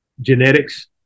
genetics